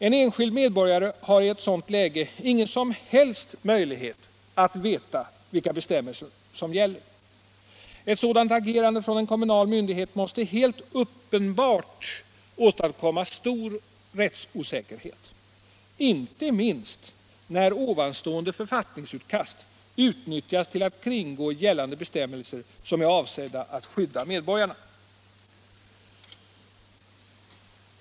En enskild medborgare har i ett sådant läge ingen som helst möjlighet att veta vilka bestämmelser som gäller. Ett sådant agerande från en kommunal myndighet måste helt uppenbart åstadkomma stor rättsosäkerhet, inte minst när författningsutkast utnyttjas till att kringgå gällande bestämmelser som är avsedda att skydda medborgarna.